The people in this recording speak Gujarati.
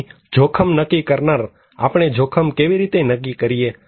તેથી જોખમ નક્કી કરનાર આપણે જોખમ કેવી રીતે નક્કી કરીએ